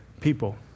people